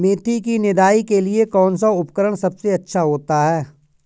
मेथी की निदाई के लिए कौन सा उपकरण सबसे अच्छा होता है?